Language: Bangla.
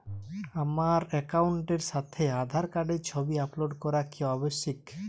আমার অ্যাকাউন্টের সাথে আধার কার্ডের ছবি আপলোড করা কি আবশ্যিক?